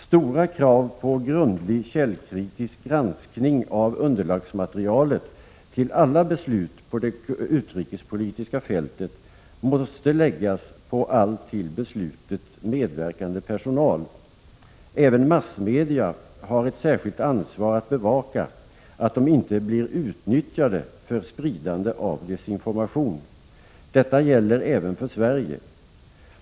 Stora krav på grundlig källkritisk granskning av underlagsmaterialet till alla beslut på det utrikespolitiska fältet måste ställas på all till beslutet medverkande personal. Även massmedia har ett särskilt ansvar att bevaka att de inte blir utnyttjade för spridande av desinformation. Detta gäller även för Sverige.